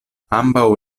ambaŭ